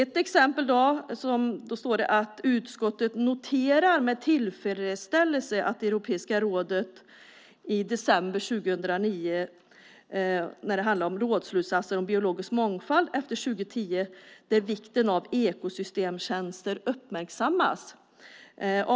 Till exempel står det att utskottet med tillfredsställelse noterar att Europeiska rådet i december 2009 antog rådsslutsatser om biologisk mångfald efter 2010 där vikten av ekosystemtjänster uppmärksammas.